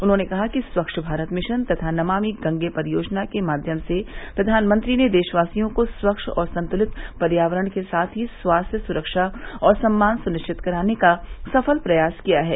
उन्होंने कहा कि स्वच्छ भारत मिशन तथा नमामि गंगे परियोजना के माध्यम से प्रधानमंत्री ने देशवासियों को स्वच्छ और संत्रलित पर्यावरण के साथ ही स्वास्थ्य सुरक्षा और सम्मान सुनिश्चित कराने का सफल प्रयास किया है